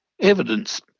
evidence